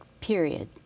period